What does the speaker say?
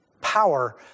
power